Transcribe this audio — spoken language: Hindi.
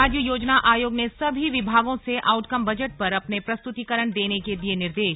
राज्य योजना आयोग ने सभी विभागों से आउटकम बजट पर अपने प्रस्तुतिकरण देने के दिये निर्देश